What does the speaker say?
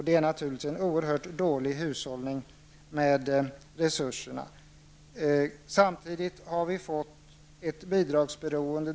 Det är en oerhört dålig hushållning med resurserna. Samtidigt har vi fått ett bidragsberoende.